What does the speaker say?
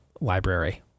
library